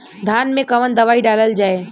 धान मे कवन दवाई डालल जाए?